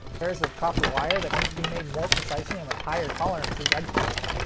pairs of copper wire that need to be made more precisely and with higher tolerances